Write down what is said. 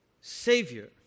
Savior